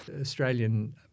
Australian